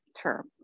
Sure